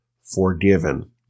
forgiven